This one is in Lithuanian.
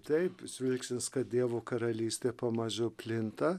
taip žvilgsnis kad dievo karalystė pamažu plinta